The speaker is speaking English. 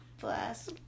bless